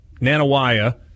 Nanawaya